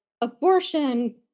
abortion